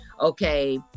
okay